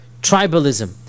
tribalism